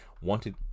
wanted